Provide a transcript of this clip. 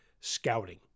scouting